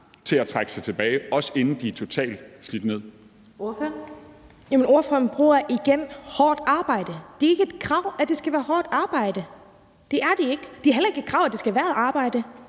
Sólbjørg Jakobsen (LA): Jamen ordføreren bruger igen hårdt arbejde. Det er ikke et krav, at det skal være hårdt arbejde. Det er det ikke. Det er heller ikke et krav, at det skal være et arbejde.